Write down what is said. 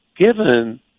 given